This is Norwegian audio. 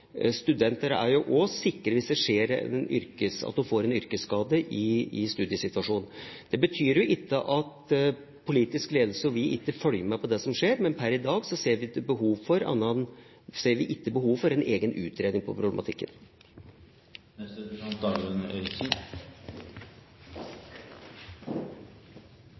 studenter kommer i noen mer problematisk situasjon enn annen ungdom som står ute i arbeidslivet, på den måten. Studenter er jo også sikret hvis de får en yrkesskade i studiesituasjonen. Det betyr ikke at politisk ledelse og vi ikke følger med på det som skjer, men per i dag ser vi ikke behov for en egen utredning